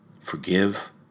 Forgive